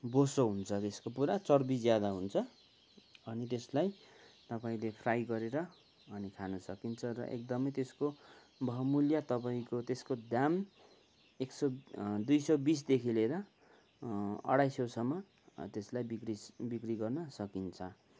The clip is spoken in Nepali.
बोसो हुन्छ त्यसको पुरा चर्बी ज्यादा हुन्छ अनि त्यसलाई तपाईँले फ्राई गरेर अनि खान सकिन्छ र एकदमै त्यसको बहुमूल्य तपाईँको त्यसको दाम एक सौ दुई सौ बिसदेखि लिएर अढाइ सौसम्म त्यसलाई बिक्री बिक्री गर्न सकिन्छ